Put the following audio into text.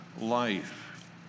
life